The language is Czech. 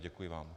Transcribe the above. Děkuji vám.